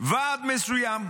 ועד מסוים.